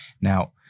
Now